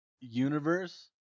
universe